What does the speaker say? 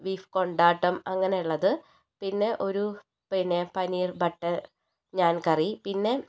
beef കൊണ്ടാട്ടം അങ്ങനെയുള്ളത് പിന്നെ ഒരു പിന്നെ പനീർ ബട്ടർ ഞാൺ കറി പിന്നെ